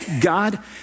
God